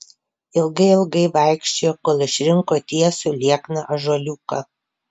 ilgai ilgai vaikščiojo kol išrinko tiesų liekną ąžuoliuką